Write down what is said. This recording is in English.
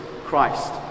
Christ